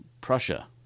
Prussia